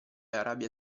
arabia